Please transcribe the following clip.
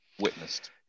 witnessed